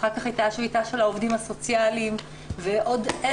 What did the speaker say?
אחר כך הייתה שביתה של העובדים הסוציאליים ועוד הרבה מאוד,